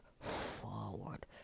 forward